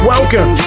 Welcome